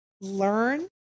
learn